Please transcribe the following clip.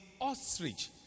ostrich